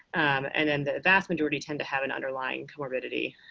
and then the vast majority tend to have an underlying comorbidity.